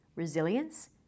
resilience